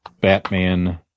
Batman